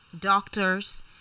doctors